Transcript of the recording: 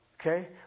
Okay